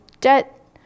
debt